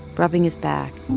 rubbing his back,